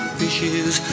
fishes